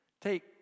Take